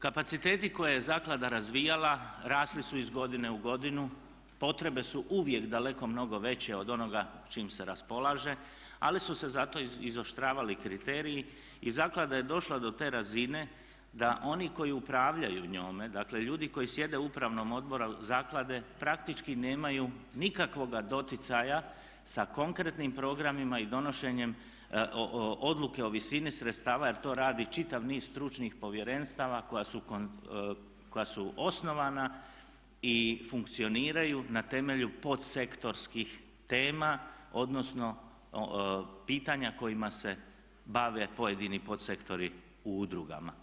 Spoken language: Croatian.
Kapaciteti koje je zaklada razvijala rasli su iz godine u godinu, potrebe su uvijek daleko mnogo veće od onoga s čim se raspolaže ali su se zato izoštravali kriteriji i zaklada je došla do te razine da oni koji upravljaju njome, dakle ljudi koji sjede u upravnom odboru zaklade praktički nemaju nikakvoga doticaja sa konkretnim programima i donošenjem odluke o visini sredstava jer to radi čitav niz stručnih povjerenstava koja su osnovana i funkcioniraju na temelju pod sektorskih tema, odnosno pitanja kojima se bave pojedini pod sektori u udrugama.